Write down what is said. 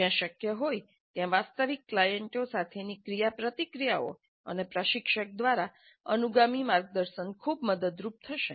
જ્યાં શક્ય હોય ત્યાં વાસ્તવિક ક્લાયન્ટો સાથેની ક્રિયાપ્રતિક્રિયાઓ અને પ્રશિક્ષક દ્વારા અનુગામી માર્ગદર્શન ખૂબ મદદરૂપ થશે